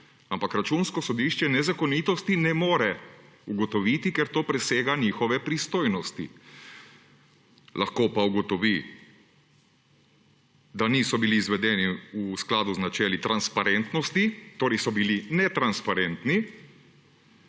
Ampak Računsko sodišče nezakonitosti ne more ugotoviti, ker to presega njihove pristojnosti. Lahko pa ugotovi, da niso bili izvedeni v skladu z načeli transparentnosti, torej so bili netransparentni,